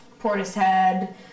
Portishead